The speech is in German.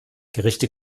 gerichte